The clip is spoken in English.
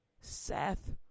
Seth